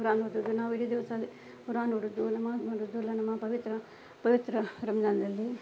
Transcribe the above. ಕುರಾನ್ ಓದೋದು ನಾವು ಇಡೀ ದಿವಸ ಅದೇ ಕುರಾನ್ ಓದೋದು ನಮಾಜ್ ಮಾಡೋದು ಇಲ್ಲ ನಮ್ಮ ಪವಿತ್ರ ಪವಿತ್ರ ರಂಜಾನಲ್ಲಿ